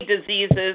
diseases